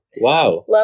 wow